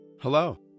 Hello